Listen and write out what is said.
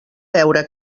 veure